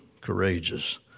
courageous